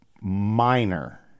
Minor